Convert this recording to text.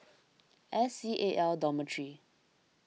S C A L Dormitory